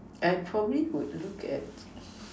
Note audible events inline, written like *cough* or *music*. *noise* for me would look at *noise*